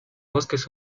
bosques